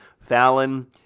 Fallon